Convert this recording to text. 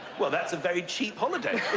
well, that's a very cheap holiday.